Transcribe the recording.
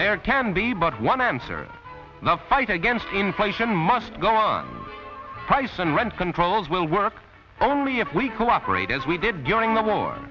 there can be but one answer the fight against inflation must go on price and rent controls will work only if we cooperate as we did during the war